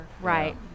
Right